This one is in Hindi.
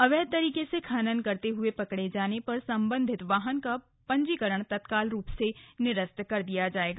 अवैध तरीके से खनन करते हुए पकड़े जाने पर सम्बन्धित वाहन का पंजीकरण तत्काल निरस्त किया जायेगा